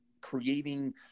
creating